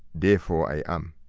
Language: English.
therefore i am.